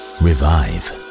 revive